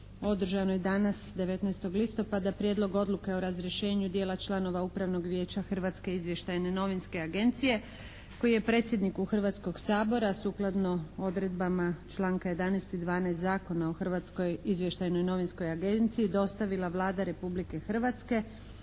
održanoj dana 19. listopada Prijedlog odluke o razrješenju dijela članova Upravnog vijeća Hrvatske izvještajne novinske agencije koji je predsjedniku Hrvatskog sabora sukladno odredbama članka 11. i 12. Zakona o Hrvatskoj izvještajnoj novinskoj agenciji dostavila Vlada Republike Hrvatske